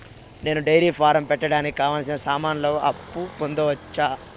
నేను dairy farm పెట్టడానికి కావాల్సిన సామాన్లకు అప్పు పొందొచ్చా?